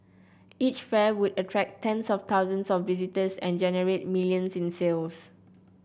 each fair would attract tens of thousands of visitors and generate millions in sales